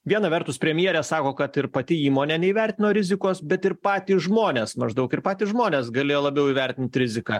viena vertus premjerė sako kad ir pati įmonė neįvertino rizikos bet ir patys žmonės maždaug ir patys žmonės galėjo labiau įvertint riziką